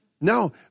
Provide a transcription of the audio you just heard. No